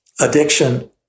addiction